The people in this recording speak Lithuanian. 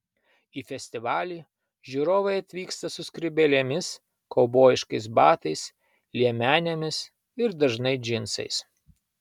į festivalį žiūrovai atvyksta su skrybėlėmis kaubojiškais batais liemenėmis ir dažnai džinsais